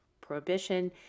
Prohibition